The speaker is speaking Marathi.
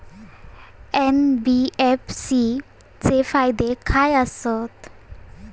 एन.बी.एफ.सी चे फायदे खाय आसत?